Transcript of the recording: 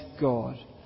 God